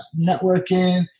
networking